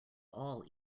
all